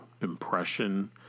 impression